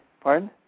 Pardon